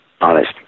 Honest